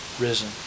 risen